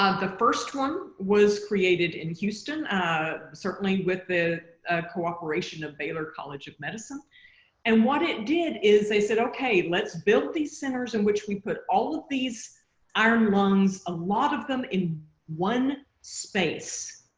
the first one was created in houston ah certainly with the cooperation of baylor college of medicine and what it did is they said okay, let's build these centers in which we put all of these iron lungs a lot of them in one space,